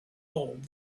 old